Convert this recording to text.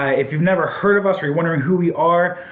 if you've never heard of us or you're wondering who we are,